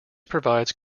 provided